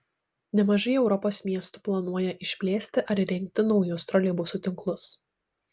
nemažai europos miestų planuoja išplėsti ar įrengti naujus troleibusų tinklus